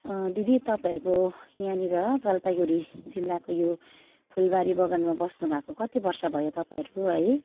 दिदी तपाईँहरूको यहाँनिर जलपाइगुडी जिल्लाको यो फुलबारी बगानमा बस्नुभएको कति वर्ष भयो तपाईँहरूको है